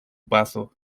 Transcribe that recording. paso